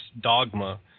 dogma